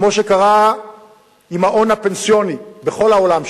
כמו שקרה עם ההון הפנסיוני בכל העולם,